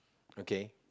okay